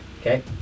Okay